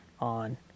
on